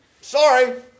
sorry